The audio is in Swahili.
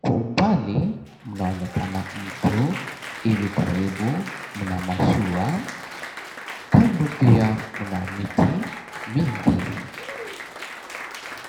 Kwa umbali, mnaonekana mtu. Hivi karibu, mna mashua. Kando pia, mna miti mingi.